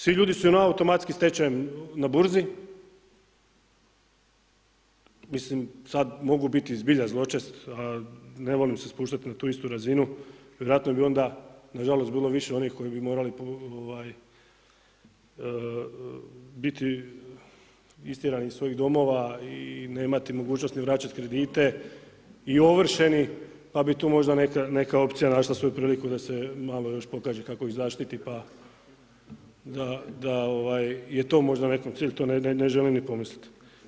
Svi ljudi su automatski stečajem na burzi, mislim sad mogu biti zbilja zločest, a ne volim se spuštati na tu istu razinu, vjerojatno bi onda, nažalost bilo više onih koji bi morali biti istjerani iz svojih domova i nemati mogućnost ni vraćati kredite i ovršeni pa bi tu možda neka opcija našla svoju priliku da se malo još pokaže kako ih zaštiti, pa da je to možda nekom cilj, to ne želim ni pomisliti.